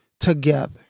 Together